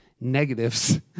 Negatives